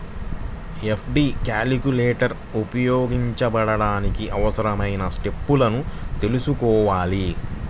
FD calculator ఉపయోగించడానికి అవసరమైన స్టెప్పులను తెల్సుకోవాలి